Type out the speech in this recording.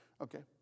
Okay